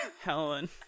Helen